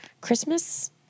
Christmas